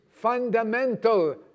fundamental